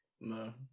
No